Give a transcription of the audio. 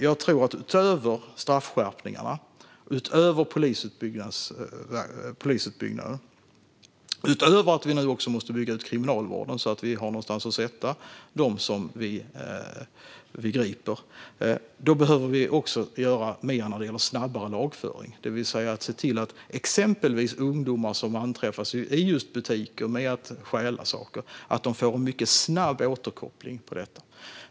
Jag tror att vi utöver straffskärpningarna och utbyggnaden av polisutbildningen, och utöver att vi nu också måste bygga ut kriminalvården så att vi har någonstans att sätta dem vi griper, behöver göra mer när det gäller snabbare lagföring. Vi behöver alltså se till att exempelvis ungdomar som anträffas just i butiker med att stjäla saker får en mycket snabb återkoppling på detta.